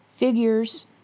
Figures